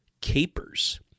capers